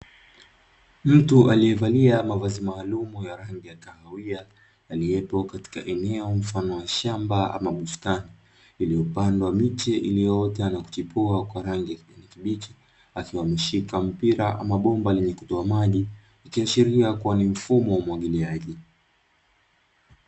Mtu aliyevalia mavazi maalum ya rangi ya kahawia aliyepo katika eneo mfano wa shamba ama mstari iliyopandwa miti iliyoota na kuchipua kwa rangi ya mikibichi akiwa ameshika mpira ama bomba linalo toa maji ikiashiria kuwa ni mfumo wa umwagiliaji.